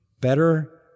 Better